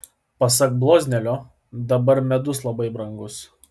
pasak bloznelio dabar medus labai brangus